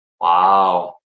Wow